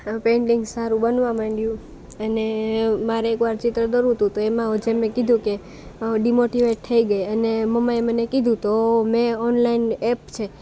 painting સારું બનવા માંડ્યું અને મારે એક વાર ચિત્ર દોરવું તું તો એમાં હું જેમે કીધું તું કે ડીમોટીવેટ થઈ ગઈ અને મમ્માએ મને કીધું તો મે ઓનલાઈન એપ છે